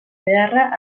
beharra